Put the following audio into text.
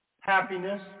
happiness